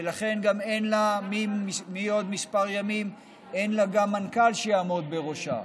ולכן מעוד כמה ימים אין לה גם מנכ"ל שיעמוד בראשה.